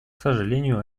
сожалению